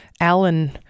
Alan